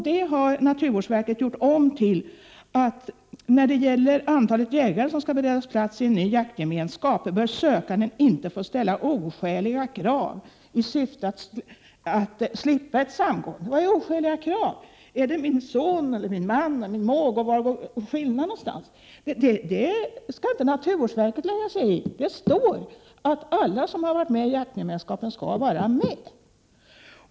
Det har naturvårdsverket gjort om till att när det gäller antalet jägare som skall beredas plats i en ny jaktgemenskap bör sökanden inte ställa oskäliga krav i syfte att slippa ett samgående. Vad är ”oskäliga krav”? Är det min son, min man eller min måg, och var går gränsen någonstans? Det skall inte naturvårdsverket lägga sig i. Det står att alla som varit med i jaktgemenskapen skall vara med.